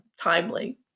timely